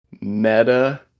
Meta